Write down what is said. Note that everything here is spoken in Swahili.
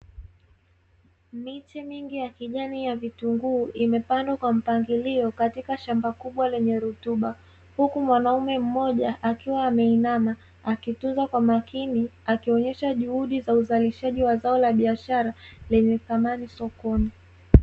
Miche mingi ya kijani ya vitunguu imepandwa kwa mpangilio katika shamba kubwa lenye rutuba, huku mwanaume mmoja akiwa ameinama akitunza kwa makini akionyesha juhudi za uzalishaji wa zao la biashara lenye dhamani sokoni.